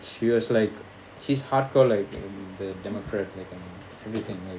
she was like she's hardcore like the democrat everything like